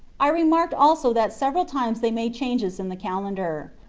i remarked also that several times they made changes in the calendar.